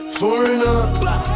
foreigner